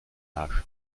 nach